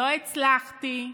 לא הצלחתי.